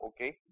okay